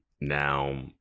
now